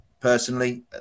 personally